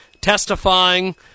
testifying